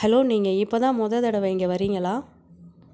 hello நீங்கள் இப்போ தான் மொதல் தடவை இங்கே வர்றீங்களா